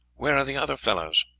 where are the other fellows?